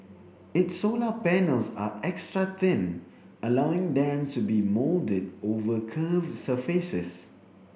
its solar panels are extra thin allowing them to be moulded over curved surfaces